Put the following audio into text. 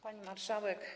Pani Marszałek!